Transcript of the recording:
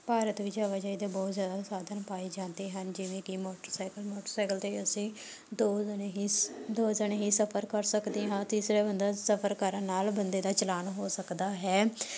ਭਾਰਤ ਵਿੱਚ ਆਵਾਜਾਈ ਦੇ ਬਹੁਤ ਜ਼ਿਆਦਾ ਸਾਧਨ ਪਾਏ ਜਾਂਦੇ ਹਨ ਜਿਵੇਂ ਕਿ ਮੋਟਰਸਾਈਕਲ ਮੋਟਰਸਾਈਕਲ 'ਤੇ ਅਸੀਂ ਦੋ ਜਣੇ ਹੀ ਦੋ ਜਣੇ ਦੋ ਜਣੇ ਹੀ ਸਫ਼ਰ ਕਰ ਸਕਦੇ ਹਾਂ ਤੀਸਰੇ ਬੰਦਾ ਸਫ਼ਰ ਕਰਨ ਨਾਲ਼ ਬੰਦੇ ਦਾ ਚਲਾਨ ਹੋ ਸਕਦਾ ਹੈ